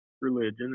religion